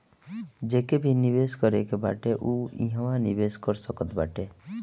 जेके भी निवेश करे के बाटे उ इहवा निवेश कर सकत बाटे